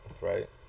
Right